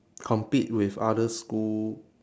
compete with other school